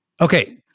Okay